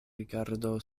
rigardo